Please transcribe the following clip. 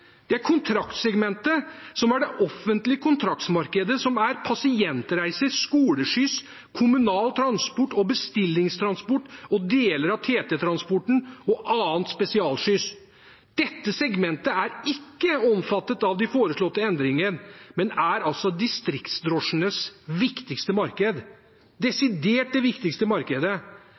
Det er kontraktsegmentet, som er det offentlige kontraktmarkedet, som er pasientreiser, skoleskyss, kommunal transport, bestillingstransport, deler av TT-transporten og annen spesialskyss. Dette segmentet er ikke omfattet av de foreslåtte endringene, men er altså distriktdrosjenes viktigste marked, det desidert viktigste markedet.